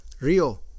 Rio